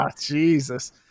Jesus